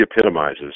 epitomizes